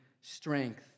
strength